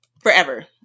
Forever